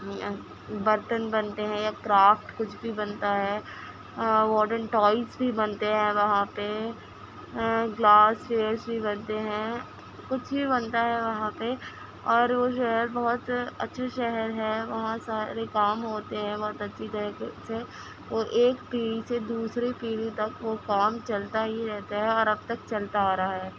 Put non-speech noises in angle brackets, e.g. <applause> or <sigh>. برتن بنتے ہیں یا کرافٹ کچھ بھی بنتا ہے ماڈرن ٹوائز بھی بنتے ہیں وہاں پہ گلاس <unintelligible> بھی بنتے ہیں کچھ بھی بنتا ہے وہاں پہ اور وہ جو ہے بہت اچھے شہر ہے وہاں سارے کام ہوتے ہیں بہت اچھی طریقے سے وہ ایک پیڑھی سے دوسرے پیڑھی تک وہ کام چلتا ہی رہتا ہے اور اب تک چلتا آ رہا ہے